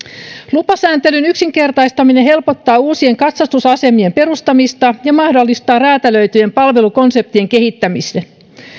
lupasääntelyn yksinkertaistaminen helpottaa uusien katsastusasemien perustamista ja mahdollistaa räätälöityjen palvelukonseptien kehittämisen